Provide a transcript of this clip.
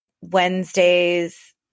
Wednesdays